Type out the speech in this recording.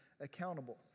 accountable